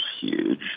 huge